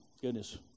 Goodness